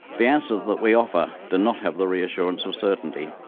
the answers that we offer do not have the reassurance of certainty.